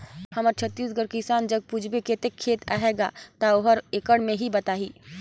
हमर छत्तीसगढ़ कर किसान जग पूछबे कतेक खेत अहे गा, ता ओहर एकड़ में ही बताही